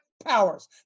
powers